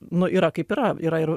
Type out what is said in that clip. nu yra kaip yra yra ir